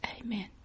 amen